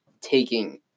taking